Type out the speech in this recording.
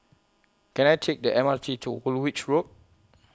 Can I Take The M R T to Woolwich Road